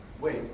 wait